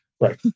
Right